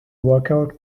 workout